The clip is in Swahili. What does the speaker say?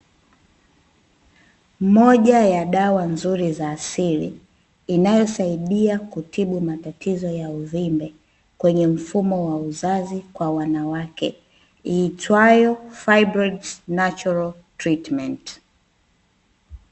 Moja ya dawa nzuri za asili inayosaidia kutibu matatizo ya uvimbe kwenye mfumo wa uzazi kwa wanawake iitwayo Fibroids natural treatment.